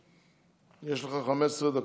יש לך 15 דקות.